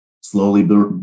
slowly